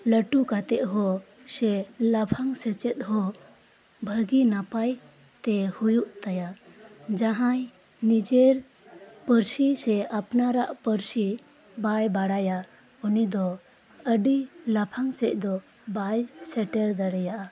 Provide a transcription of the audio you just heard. ᱞᱟᱴᱩ ᱠᱟᱛᱮᱫ ᱦᱚᱸ ᱥᱮ ᱞᱟᱯᱷᱟᱝ ᱥᱮᱪᱮᱫ ᱦᱚᱸ ᱵᱷᱟᱜᱮᱹ ᱱᱟᱯᱟᱭ ᱛᱮ ᱦᱳᱭᱳᱜ ᱛᱟᱭᱟ ᱡᱟᱦᱟᱸᱭ ᱱᱤᱡᱮᱨ ᱯᱟᱨᱥᱤ ᱥᱮ ᱟᱯᱱᱟᱨᱟᱜ ᱯᱟᱨᱥᱤ ᱵᱟᱭ ᱵᱟᱲᱟᱭᱟ ᱩᱱᱤ ᱫᱚ ᱟᱰᱤ ᱞᱟᱯᱷᱟᱝ ᱥᱮᱫ ᱫᱚ ᱵᱟᱭ ᱥᱮᱴᱮᱨ ᱫᱟᱲᱮᱭᱟᱜᱼᱟ